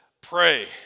pray